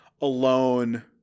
alone